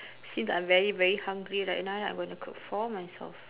since I'm very very hungry right now then I gonna cook for myself